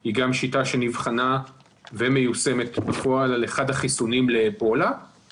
היא גם שיטה שנבחנה ומיושמת בפועל על אחד החיסונים אבל כאמור,